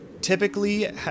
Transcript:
typically